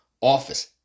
office